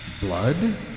Blood